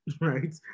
right